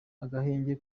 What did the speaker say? agahenge